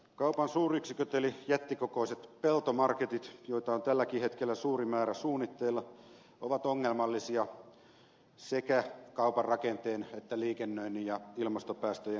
kaupan suuryksiköt eli jättikokoiset peltomarketit joita on tälläkin hetkellä suuri määrä suunnitteilla ovat ongelmallisia sekä kaupan rakenteen että liikennöinnin ja ilmastopäästöjen kannalta